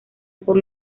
por